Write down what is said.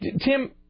Tim